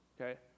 okay